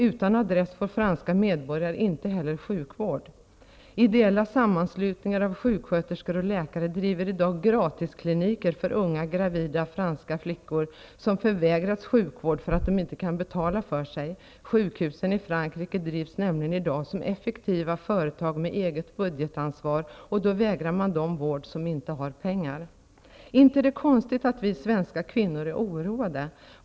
Utan adress får franska medborgare inte heller sjukvård. Ideella sammanslutningar av sjuksköterskor och läkare driver i dag gratiskliniker för unga gravida franska flickor, som förvägrats sjukvård för att de inte kan betala för sig. Sjukhusen i Frankrike drivs nämligen i dag som effektiva företag med eget budgetansvar, och då vägrar man dem vård som inte har pengar. Inte är det konstigt att vi svenska kvinnor är oroade.